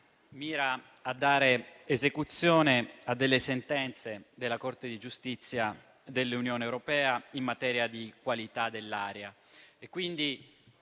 mira a dare esecuzione ad alcune sentenze della Corte di giustizia dell'Unione europea in materia di qualità dell'aria.